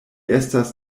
estas